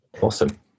Awesome